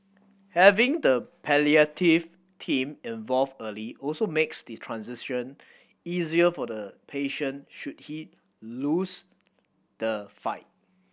having the palliative team involved early also makes the transition easier for the patient should he lose the fight